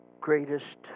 greatest